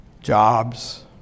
jobs